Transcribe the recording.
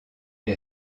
est